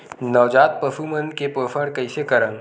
नवजात पशु मन के पोषण कइसे करन?